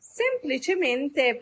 semplicemente